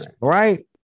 right